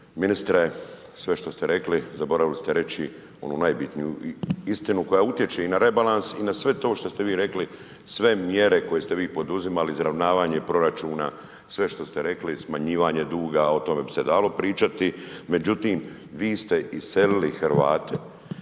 Ministre, sve što ste rekli, zaboravili ste reći onu najbitniju istinu koja utječe i na rebalans i na sve to što ste vi rekli, sve mjere koje ste vi poduzimali, izravnavanje proračuna, sve što ste rekli, smanjivanje duga, o tome bi se dalo pričati, međutim vi ste iselili Hrvate